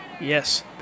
Yes